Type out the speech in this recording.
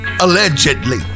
allegedly